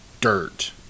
dirt